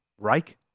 Reich